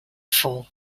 fall